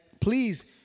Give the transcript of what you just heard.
please